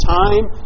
time